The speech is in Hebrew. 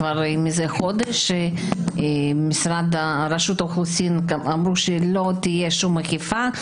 כבר מזה חודש רשות האוכלוסין אמרו שלא תהיה שום אכיפה,